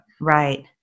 right